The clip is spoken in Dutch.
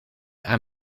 aan